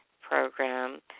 program